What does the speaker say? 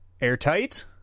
airtight